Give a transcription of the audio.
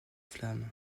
flammes